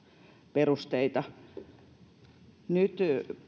perusteita